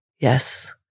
Yes